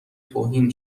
توهین